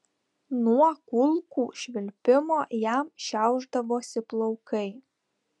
nuo kulkų švilpimo jam šiaušdavosi plaukai